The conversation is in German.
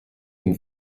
den